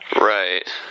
Right